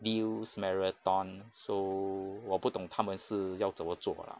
deals marathon so 我不懂他们是要怎么做 lah